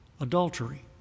adultery